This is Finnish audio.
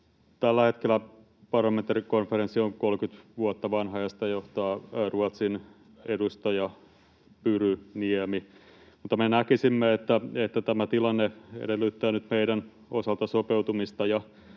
Tällä hetkellä parlamentaarikonferenssi on 30 vuotta vanha ja sitä johtaa Ruotsin edustaja Pyry Niemi. Me näkisimme, että tämä tilanne edellyttää nyt meidän osaltamme sopeutumista